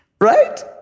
right